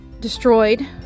destroyed